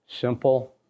Simple